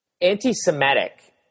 anti-semitic